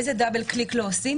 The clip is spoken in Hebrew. איזה דאבל קליק לא עושים?